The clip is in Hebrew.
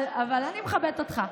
אבל אני מכבדת אותך.